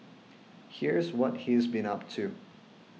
here's what he's been up to